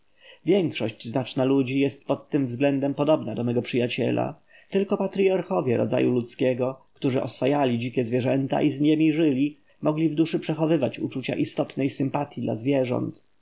większość znaczna ludzi jest pod tym względem podobna do mego przyjaciela tylko patryarchowie rodzaju ludzkiego którzy oswajali dzikie zwierzęta i z niemi żyli mogli w duszy przechowywać uczucia istotnej sympatyi dla zwierząt